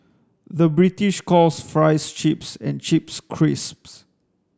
the British calls fries chips and chips crisps